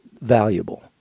valuable